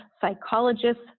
psychologists